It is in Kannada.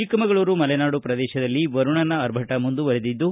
ಚಿಕ್ಕಮಗಳೂರು ಮಲೆನಾಡು ಪ್ರದೇಶದಲ್ಲಿ ವರುಣನ ಆರ್ಧಟ ಮುಂದುವರೆದಿದ್ದು